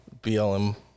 BLM